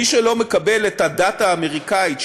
מי שלא מקבל את הדת האמריקנית,